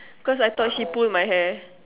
cause I thought she pull my hair